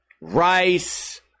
Rice